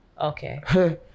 okay